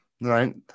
Right